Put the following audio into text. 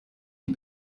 die